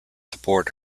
support